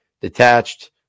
Detached